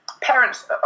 parents